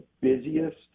busiest